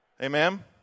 Amen